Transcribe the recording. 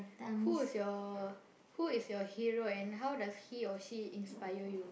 who is your who is your hero and how does he or she inspire you